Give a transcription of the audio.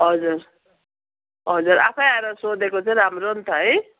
हजुर हजुर आफै आएर सोधेको चाहिँ राम्रो नि त है